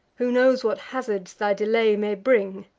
who knows what hazards thy delay may bring?